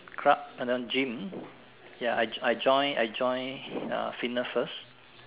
club and then gym ya I joi~ I join I join uh fitness first